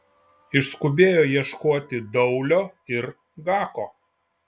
išskubėjo ieškoti daulio ir gako